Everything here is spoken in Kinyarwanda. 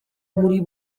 muri